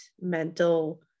mental